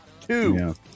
Two